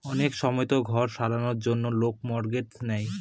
অনেক সময়তো ঘর সারানোর জন্য লোক মর্টগেজ নেয়